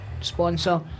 Sponsor